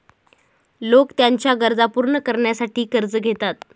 लोक त्यांच्या गरजा पूर्ण करण्यासाठी कर्ज घेतात